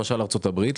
למשל ארצות הברית,